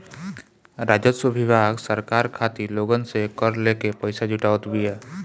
राजस्व विभाग सरकार खातिर लोगन से कर लेके पईसा जुटावत बिया